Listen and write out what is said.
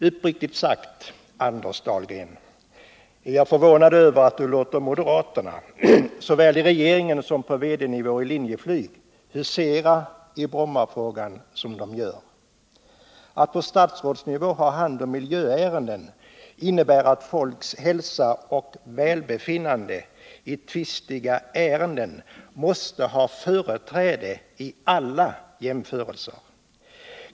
Uppriktigt sagt är jag förvånad över att Anders Dahlgren låter moderaterna — såväl i regeringen som på VD-nivå i Linjeflyg — husera i Brommafrågan som de gör. Att på statsrådsnivå ha hand om miljöärenden innebär att man måste låta folks hälsa och välbefinnande i tvistiga ärenden ha företräde i alla jämförelser.